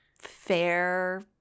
fair